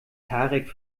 tarek